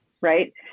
Right